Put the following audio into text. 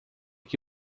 que